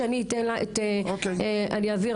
אני מבקשת לשמוע